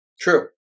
True